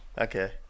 Okay